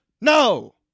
No